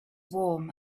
warm